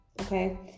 Okay